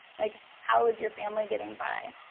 like how is your family getting by?